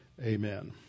amen